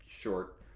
short